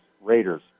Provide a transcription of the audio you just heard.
Raiders